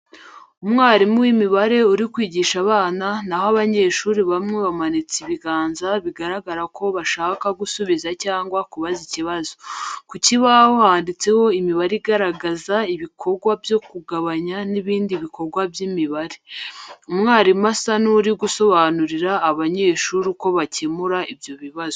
Umwarimu w'imibare uri kwigisha abana naho abanyeshuri bamwe bamanitse ibiganza bigaragara ko bashaka gusubiza cyangwa kubaza ikibazo. Ku kibaho handitseho imibare igaragaza ibikorwa byo kugabanya n’ibindi bikorwa by’imibare. Umwarimu asa n’uri gusobanurira abanyeshuri uko bakemura ibyo bibazo.